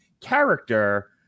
character